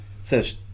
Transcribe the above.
Says